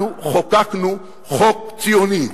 אנחנו חוקקנו חוק ציוני.